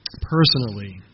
personally